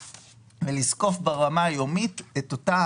ולזקוף ברמה היומית את אותה